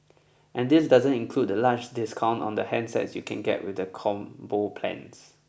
and this doesn't include the large discount on the handsets you can get with the combo plans